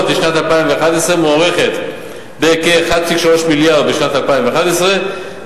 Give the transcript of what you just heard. לשנת 2011 מוערכת בכ-1.3 מיליארד בשנת 2011,